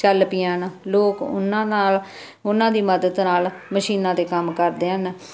ਚੱਲ ਪਈਆਂ ਹਨ ਲੋਕ ਉਹਨਾਂ ਨਾਲ ਉਹਨਾਂ ਦੀ ਮਦਦ ਨਾਲ ਮਸ਼ੀਨਾਂ 'ਤੇ ਕੰਮ ਕਰਦੇ ਹਨ